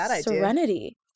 serenity